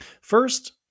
First